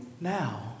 now